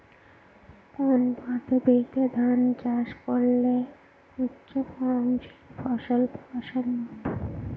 কোন পদ্ধতিতে ধান চাষ করলে উচ্চফলনশীল ফসল পাওয়া সম্ভব?